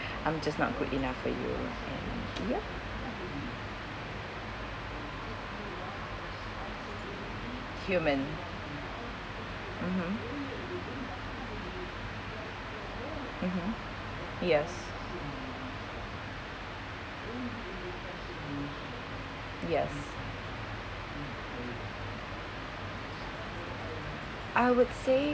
I'm just not good enough for you and yup human mmhmm mmhmm yes yes I would say